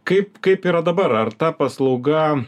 kaip kaip yra dabar ar ta paslauga